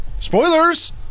Spoilers